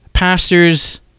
pastors